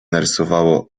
narysowało